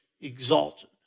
exalted